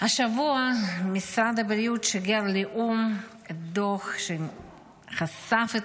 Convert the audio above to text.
השבוע משרד הבריאות שיגר לאו"ם דוח שחשף את